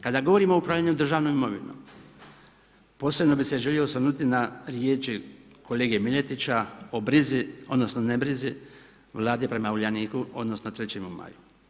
Kada govorimo o upravljanju državnom imovinom posebno bih se želio osvrnuti na riječi kolege Miletića o brzi, odnosno ne brizi Vlade prema Uljaniku, odnosno 3. Maju.